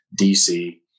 dc